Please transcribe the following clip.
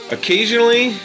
Occasionally